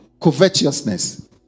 covetousness